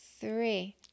three